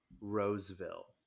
Roseville